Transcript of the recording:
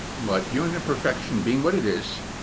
but human imperfection being what it is,